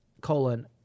colon